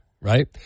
right